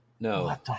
No